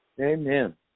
Amen